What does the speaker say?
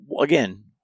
again